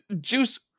juice